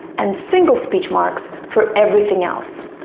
and single speech marks for everything else.